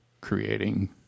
creating